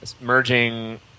merging